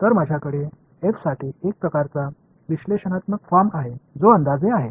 तर माझ्याकडे f साठी एक प्रकारचा विश्लेषणात्मक फॉर्म आहे जो अंदाजे आहे